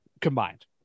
combined